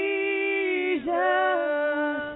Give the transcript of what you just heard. Jesus